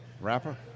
Rapper